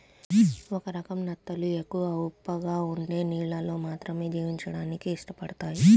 ఒక రకం నత్తలు ఎక్కువ ఉప్పగా ఉండే నీళ్ళల్లో మాత్రమే జీవించడానికి ఇష్టపడతయ్